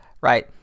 right